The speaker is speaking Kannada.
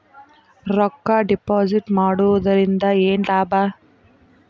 ರೊಕ್ಕ ಡಿಪಾಸಿಟ್ ಮಾಡುವುದರಿಂದ ಏನ್ ಲಾಭ?